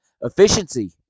efficiency